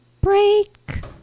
break